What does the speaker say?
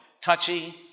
touchy